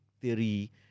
theory